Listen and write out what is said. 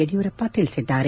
ಯಡಿಯೂರಪ್ಪ ತಿಳಿಸಿದ್ದಾರೆ